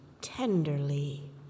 Tenderly